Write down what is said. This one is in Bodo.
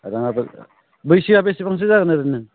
रङादर बैसोया बेसेबांसो जागोन ओरैनो